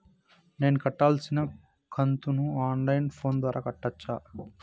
నేను కట్టాల్సిన కంతును ఆన్ లైను ఫోను ద్వారా కట్టొచ్చా?